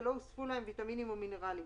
שלא הוספו להם ויטמינים או מינרלים.